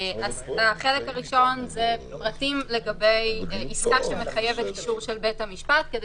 החלק הראשון הוא פרטים לגבי עסקה שמחייבת אישור של בית המשפט כדי